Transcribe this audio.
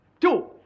two